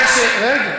חבר הכנסת אלאלוף,